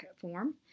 form